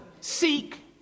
Seek